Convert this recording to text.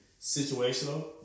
situational